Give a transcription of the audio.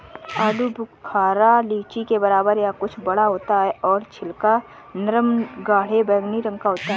आलू बुखारा लीची के बराबर या कुछ बड़ा होता है और छिलका नरम गाढ़े बैंगनी रंग का होता है